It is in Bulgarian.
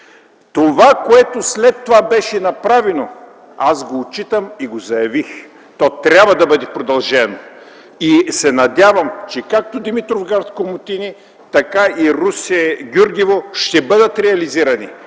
Това, което след това беше направено, аз го отчитам и заявих, че то трябва да бъде продължено. Надявам се, че както Димитровград – Комотини, така и Русе – Гюргево ще бъдат реализирани.